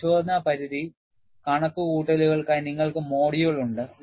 പരിശോധന പരിധി കണക്കുകൂട്ടലുകൾക്കായി നിങ്ങൾക്ക് മൊഡ്യൂൾ ഉണ്ട്